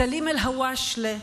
סלים אל-הואשלה,